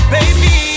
Baby